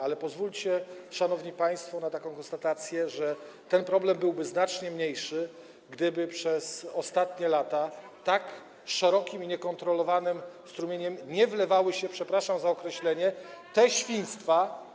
Ale pozwólcie, szanowni państwo, na taką konstatację, że ten problem byłby znacznie mniejszy, gdyby przez ostatnie lata tak szerokim i niekontrolowanym strumieniem nie wlewały się, przepraszam za określenie, te świństwa.